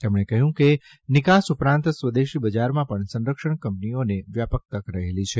તેમણે કહ્યું કે નિકાસ ઉપરાંત સ્વદેશી બજારમાં પણ સંરક્ષણ કંપનીઓને વ્યાપક તક રહેલી છે